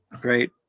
great